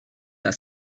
that